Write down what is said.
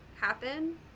happen